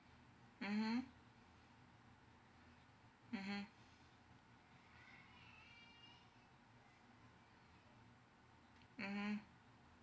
mmhmm mmhmm mmhmm